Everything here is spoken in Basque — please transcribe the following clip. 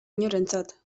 inorentzat